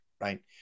right